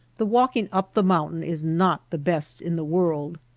the walking up the mountain is not the best in the world.